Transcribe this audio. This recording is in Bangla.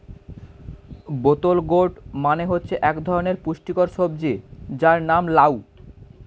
বোতল গোর্ড মানে হচ্ছে এক ধরনের পুষ্টিকর সবজি যার নাম লাউ